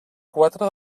quatre